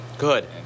Good